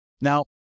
Now